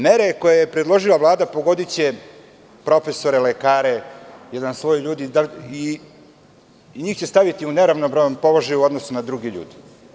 Mere koje je predložila Vlada pogodiće profesore, lekare, jedan sloj ljudi i njih će staviti u neravnopravan položaj u odnosu na druge ljude.